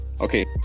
Okay